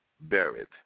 buried